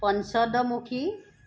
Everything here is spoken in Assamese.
পঞ্চদমুখী